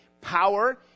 Power